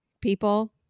people